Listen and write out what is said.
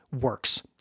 works